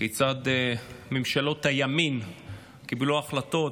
כיצד ממשלות הימין קיבלו החלטות.